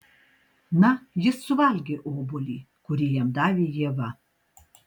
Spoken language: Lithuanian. na jis suvalgė obuolį kurį jam davė ieva